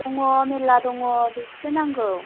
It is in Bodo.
दङ मेल्ला दङ बेसेथो नांगौ